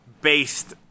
based